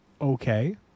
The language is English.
okay